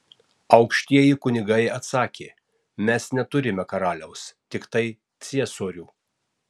aukštieji kunigai atsakė mes neturime karaliaus tiktai ciesorių